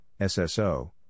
SSO